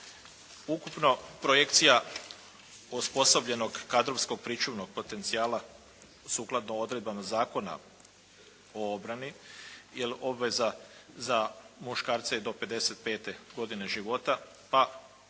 Ukupno, projekcija osposobljenog kadrovskog pričuvnog potencijala sukladno odredbama Zakona o obrani jer obveza za muškarce je do 55. godine života, pa